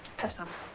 have some.